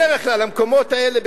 בדרך כלל המקומות האלה,